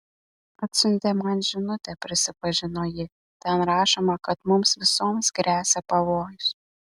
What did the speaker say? atsiuntė man žinutę prisipažino ji ten rašoma kad mums visoms gresia pavojus